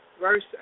Verse